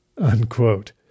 Unquote